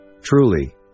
Truly